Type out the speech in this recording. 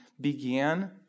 began